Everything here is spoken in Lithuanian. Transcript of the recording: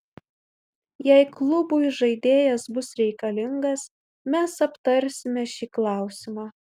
jei klubui žaidėjas bus reikalingas mes aptarsime šį klausimą